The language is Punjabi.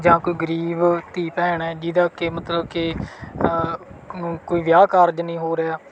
ਜਾਂ ਕੋਈ ਗਰੀਬ ਧੀ ਭੈਣ ਹੈ ਜਿਹਦਾ ਕਿ ਮਤਲਬ ਕਿ ਕੋਈ ਵਿਆਹ ਕਾਰਜ ਨਹੀਂ ਹੋ ਰਿਹਾ